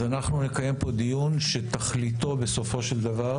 אז נקיים פה דיון שתכליתו בסופו של דבר